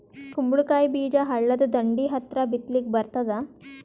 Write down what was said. ಕುಂಬಳಕಾಯಿ ಬೀಜ ಹಳ್ಳದ ದಂಡಿ ಹತ್ರಾ ಬಿತ್ಲಿಕ ಬರತಾದ?